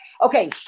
okay